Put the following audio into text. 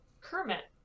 Kermit